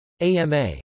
AMA